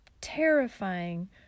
terrifying